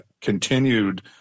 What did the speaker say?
continued